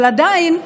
אבל עדיין,